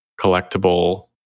collectible